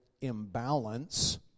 imbalance